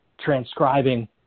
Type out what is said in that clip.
transcribing